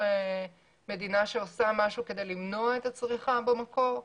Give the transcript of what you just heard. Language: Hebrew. מדינה שעושה משהו כדי למנוע את הצריכה במקור,